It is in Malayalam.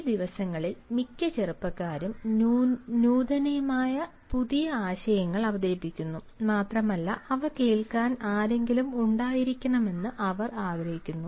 ഈ ദിവസങ്ങളിൽ മിക്ക ചെറുപ്പക്കാരും നൂതനമായ പുതിയ ആശയങ്ങൾ അവതരിപ്പിക്കുന്നു മാത്രമല്ല അവ കേൾക്കാൻ ആരെങ്കിലും ഉണ്ടായിരിക്കണമെന്ന് അവർ ആഗ്രഹിക്കുന്നു